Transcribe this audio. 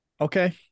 okay